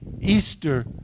Easter